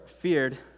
feared